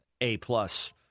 A-plus